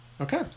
Okay